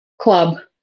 club